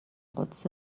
قدسی